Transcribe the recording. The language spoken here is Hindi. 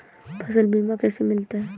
फसल बीमा कैसे मिलता है?